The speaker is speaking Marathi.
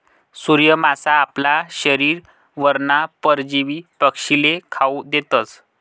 सूर्य मासा आपला शरीरवरना परजीवी पक्षीस्ले खावू देतस